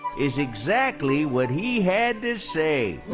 is exactly what he had to say.